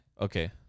Okay